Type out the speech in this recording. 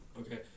Okay